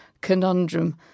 conundrum